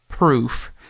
proof